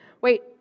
Wait